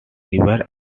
river